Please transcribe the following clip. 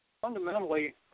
Fundamentally